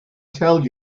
tell